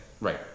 Right